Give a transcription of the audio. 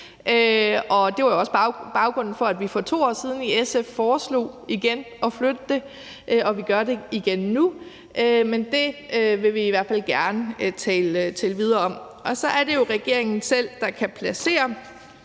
det var også baggrunden for, at vi for 2 år siden i SF foreslog igen at flytte det. Og vi gør det igen nu. Men det vil vi i hvert fald gerne tale videre om. Så er det jo regeringen selv, der kan placere